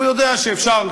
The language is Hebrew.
הוא יודע שאפשר,